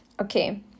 Okay